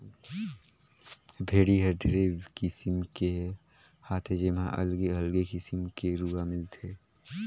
भेड़ी हर ढेरे किसिम के हाथे जेम्हा अलगे अगले किसिम के रूआ मिलथे